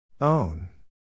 Own